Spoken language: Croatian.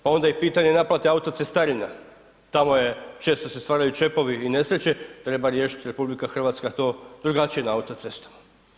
Pa ona i pitanje naplate autocestarina, tamo je često se stvaraju čepovi i nesreće, treba riješit RH to drugačije na autocestama.